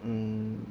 mm